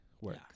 work